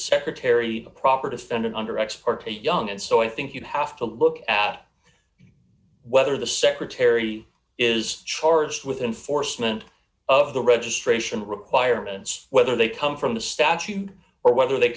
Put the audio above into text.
secretary the proper defendant under expert a young and so i think you have to look at whether the secretary is charged with enforcement of the registration requirements whether they come from the statute or whether they